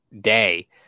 day